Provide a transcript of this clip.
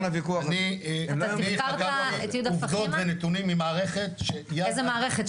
אני חקרתי עובדות ונתונים ממערכת ש -- איזה מערכת?